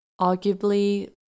Arguably